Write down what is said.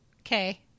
okay